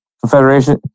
Confederation